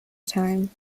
time